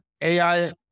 AI